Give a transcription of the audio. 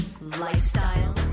lifestyle